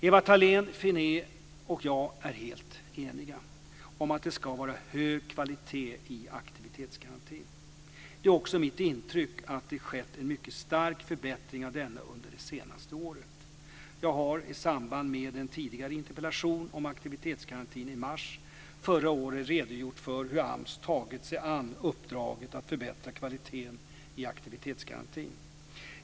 Ewa Thalén Finné och jag är helt eniga om att det ska vara hög kvalitet i aktivitetsgarantin. Det är också mitt intryck att det skett en mycket stark förbättring av denna under det senaste året. Jag har i samband med en tidigare interpellation om aktivitetsgarantin i mars förra året redogjort för hur AMS tagit sig an uppdraget att förbättra kvaliteten i aktivitetsgarantin.